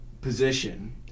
position